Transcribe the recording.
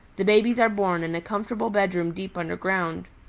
the babies are born in a comfortable bedroom deep underground.